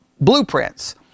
blueprints